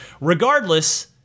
regardless